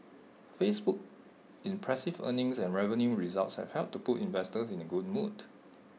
Facebook's impressive earnings and revenue results have helped to put investors in A good mood